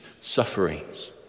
sufferings